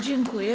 Dziękuję.